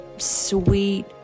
sweet